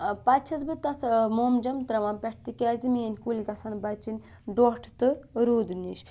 پَتہٕ چھٮ۪س بہٕ تَتھ مومجام ترٛاوان پٮ۪ٹھ تِکیازِ میٛٲنۍ کُلۍ گژھن بَچِنۍ ڈوٚٹھٕ تہٕ روٗدٕ نِش